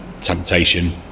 Temptation